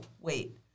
wait